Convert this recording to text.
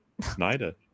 snyder